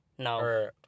No